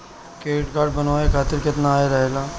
Credit card बनवाए के खातिर केतना आय रहेला?